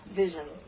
vision